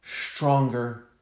stronger